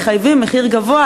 המחיר הזה,